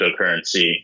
cryptocurrency